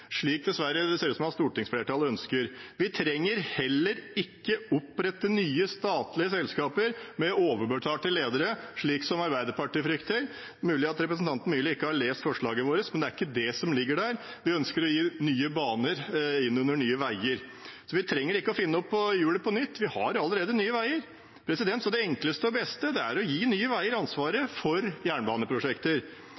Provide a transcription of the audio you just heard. slik det dessverre ser ut til at stortingsflertallet ønsker. Vi trenger heller ikke opprette nye statlige selskaper med overbetalte ledere, slik Arbeiderpartiet frykter. Det er mulig representanten Myrli ikke har lest forslaget vårt, for det er ikke det som ligger der. Vi ønsker å legge Nye Baner innunder Nye Veier. Vi trenger ikke å finne opp hjulet på nytt. Vi har allerede Nye Veier. Det enkleste og beste er å gi Nye Veier ansvaret